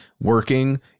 working